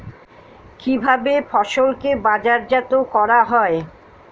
কিভাবে ফসলকে বাজারজাত করা হয়?